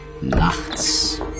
nachts